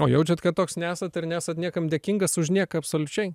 o jaučiat kad toks nesat ar nesat niekam dėkingas už nieką absoliučiai